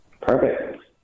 Perfect